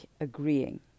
agreeing